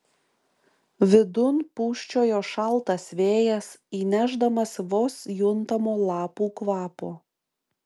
vidun pūsčiojo šaltas vėjas įnešdamas vos juntamo lapų kvapo